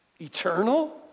Eternal